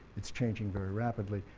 it's changing very rapidly,